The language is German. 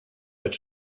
als